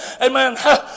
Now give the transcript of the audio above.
amen